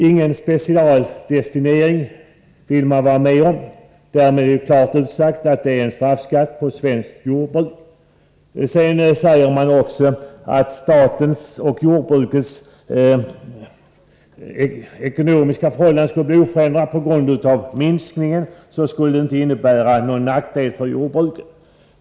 Utskottsmajoriteten vill inte vara med om någon specialdestinering. Därmed har man klart utsagt att det är en straffskatt på svenskt jordbruk. Sedan säger Bruno Poromaa att statens och jordbrukets ekonomiska förhållanden skall bli oförändrade. I och med en minskad användning av kemiska medel skulle prishöjningen inte innebär någon nackdel för jordbruket.